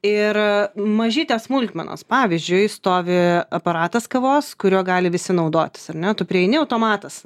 ir mažytės smulkmenos pavyzdžiui stovi aparatas kavos kuriuo gali visi naudotis ar ne tu prieini automatas